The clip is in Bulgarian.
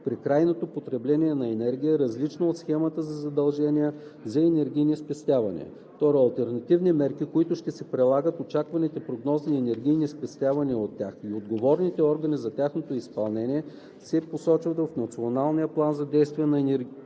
при крайното потребление на енергия, различна от схемата за задължения за енергийни спестявания. (2) Алтернативните мерки, които ще се прилагат, очакваните прогнозни енергийни спестявания от тях и отговорните органи за тяхното изпълнение се посочват в Националния план за действие по енергийна